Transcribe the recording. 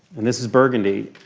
and this is burgundy.